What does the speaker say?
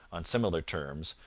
on similar terms,